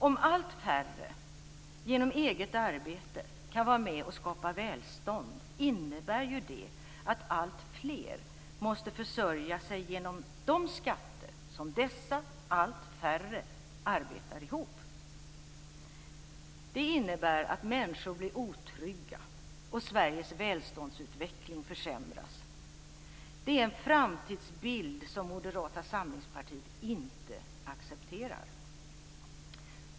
Om allt färre genom eget arbete kan vara med och skapa välstånd, innebär ju det att alltfler måste försörjas genom de skatter som dessa allt färre arbetar ihop. Det innebär att människor blir otrygga och Sveriges välståndsutveckling försämras. Det är en framtidsbild som Moderata samlingspartiet inte accepterar.